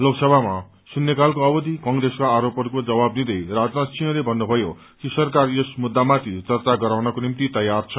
लोकसभामा शून्यकालको अवधि कंप्रेसका आरोपहरुको जवाब दिँदै राजनाथ सिंहसे भन्नुभयो कि सरकार यस मुख्यमाथि चर्चा गराउनको निम्ति तयार छ